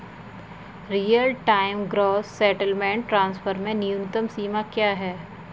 Real time gross settlement transfer में न्यूनतम सीमा क्या है?